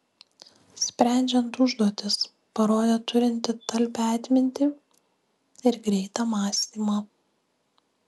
sprendžiant užduotis parodė turinti talpią atmintį ir greitą mąstymą